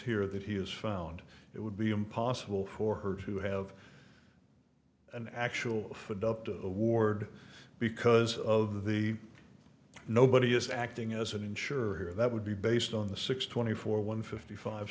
here that he is found it would be impossible for her to have an actual adopted award because of the nobody is acting as an insurer that would be based on the six twenty four one fifty five